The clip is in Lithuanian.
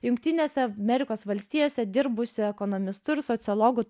jungtinėse amerikos valstijose dirbusiu ekonomistu ir sociologu